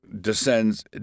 descends